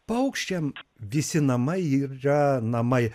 paukščiam visi namai yra namai